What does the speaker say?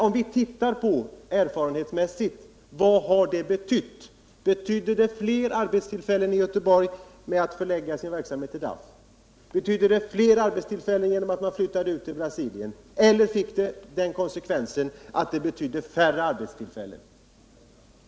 Om vi erfarenhetsmässigt granskar sådana tidigare problem, vad har det då betytt för sysselsättningen? Betydde det fler arbetstillfällen i Göteborg när Volvo förlade en del av sin verksamhet till DAF i Holland? Betydde det fler arbetstillfällen när man flyttade ut till Brasilien? Eller blev konsekvensen den att det blev färre arbetstillfällen hemma?